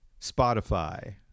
Spotify